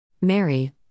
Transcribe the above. Mary